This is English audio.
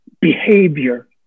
behavior